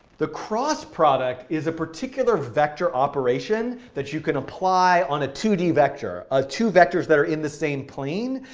the cross product is a particular vector operation that you can apply on a two d vector ah two vectors that are in the same plane.